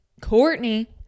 Courtney